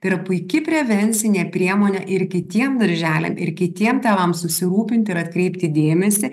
tai yra puiki prevencinė priemonė ir kitiem darželiam ir kitiem tėvam susirūpinti ir atkreipti dėmesį